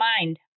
mind